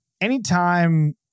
anytime